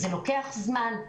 זה לוקח זמן.